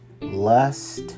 lust